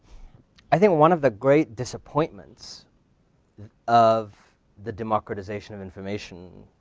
i think one of the great disappointments of the democratization of information